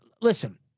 listen